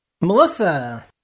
Melissa